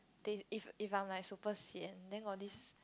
day if if I'm like super sian then got this